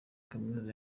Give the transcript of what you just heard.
kaminuza